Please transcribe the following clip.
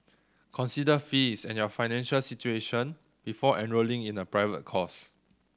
consider fees and your financial situation before enrolling in a private course